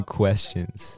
questions